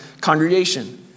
congregation